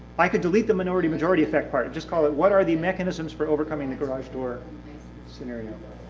i could delete the minority-majority effect part. just call it what are the mechanisms for overcoming the garage door scenario?